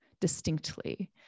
distinctly